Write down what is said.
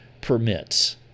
permits